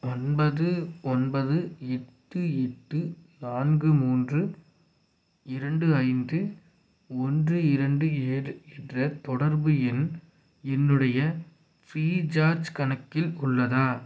ஒன்பது ஒன்பது எட்டு எட்டு நான்கு மூன்று இரண்டு ஐந்து ஒன்று இரண்டு ஏழு என்ற தொடர்பு எண் என்னுடைய ஃப்ரீசார்ஜ் கணக்கில் உள்ளதா